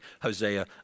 Hosea